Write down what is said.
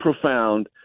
profound